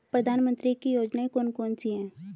प्रधानमंत्री की योजनाएं कौन कौन सी हैं?